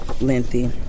lengthy